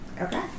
Okay